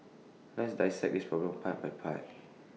let's dissect this problem part by part